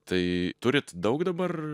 tai turit daug dabar